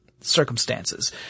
circumstances